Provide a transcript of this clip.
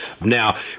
now